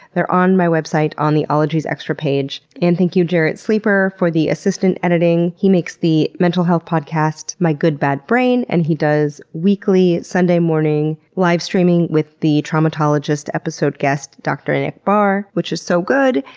they're on my website on the ologies extras page. and thank you, jarrett sleeper for assistant editing. he makes the mental health podcast my good bad brain, and he does weekly sunday morning livestreaming with the traumatologist episode guest dr. nick barr, which is so good.